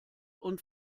und